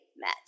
met